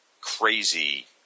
crazy –